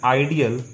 ideal